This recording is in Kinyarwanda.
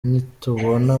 nitubona